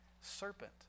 serpent